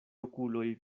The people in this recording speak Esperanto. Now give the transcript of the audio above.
okuloj